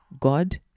god